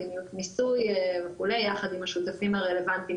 מדיניות מיסוי וכולי יחד עם השותפים הרלוונטיים